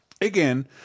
Again